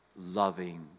loving